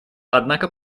однако